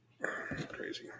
Crazy